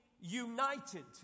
united